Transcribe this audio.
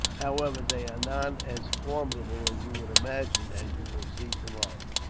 however, they are not as formidable as you would imagine, as you will see, tomorrow.